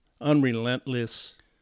unrelentless